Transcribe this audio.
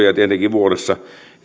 vuodessa